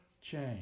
change